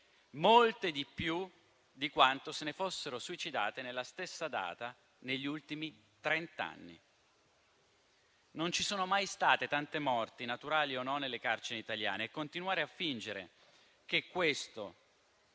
molte di più di quante se ne fossero suicidate nella stessa data negli ultimi trent'anni. Non ci sono mai state tante morti - naturali o meno - nelle carceri italiane e continuare a fingere che questo